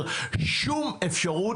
יותר בפן,